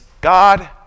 God